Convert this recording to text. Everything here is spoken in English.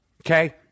Okay